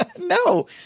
No